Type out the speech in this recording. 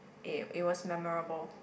it was memorable